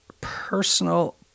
personal